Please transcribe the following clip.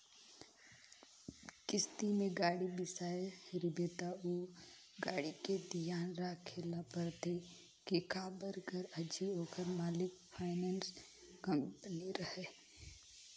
किस्ती में गाड़ी बिसाए रिबे त ओ गाड़ी के धियान राखे ल परथे के काबर कर अझी ओखर मालिक फाइनेंस कंपनी हरय